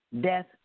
Death